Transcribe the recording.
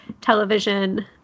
television